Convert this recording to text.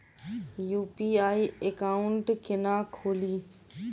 UPI account केना खोलि?